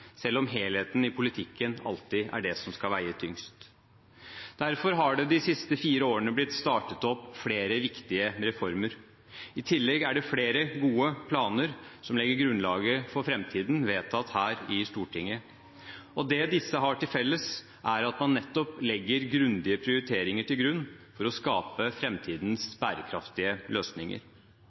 selv om helheten i politikken alltid er det som skal veie tyngst. Derfor har det de siste fire årene blitt startet opp flere viktige reformer. I tillegg er flere gode planer som legger grunnlaget for framtiden, vedtatt her i Stortinget. Det disse har til felles, er at man nettopp legger grundige prioriteringer til grunn for å skape framtidens bærekraftige løsninger.